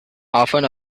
often